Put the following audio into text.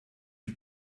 you